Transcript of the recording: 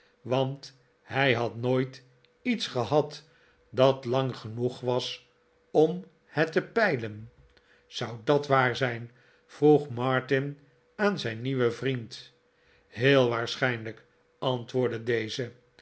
want hij had nooit iets gehad dat lang genoeg was om het te peilen zou dat waar zijn vroeg martin aan zijn nieuwen vriend heel waarschijnlijk antwoordde deze